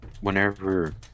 Whenever